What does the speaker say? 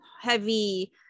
heavy